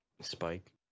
Spike